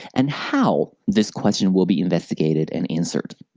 and how this question will be investigated and answered.